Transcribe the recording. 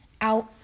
out